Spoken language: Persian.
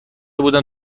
بودن